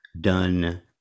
done